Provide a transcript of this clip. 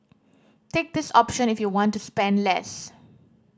take this option if you want to spend less